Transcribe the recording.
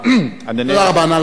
נא להשיב, אדוני.